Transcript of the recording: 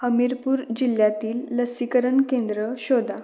हमीरपूर जिल्ह्यातील लसीकरण केंद्र शोधा